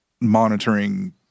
monitoring